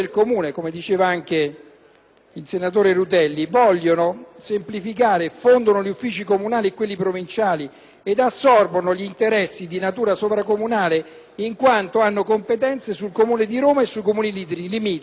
il senatore Rutelli. Esse vogliono semplificare e fondono gli uffici comunali con quelli provinciali ed assorbono gli interessi di natura sovracomunale in quanto hanno competenze sul comune di Roma e su quelli limitrofi. Di conseguenza,